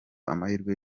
amahirwe